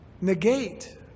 negate